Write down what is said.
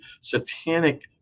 satanic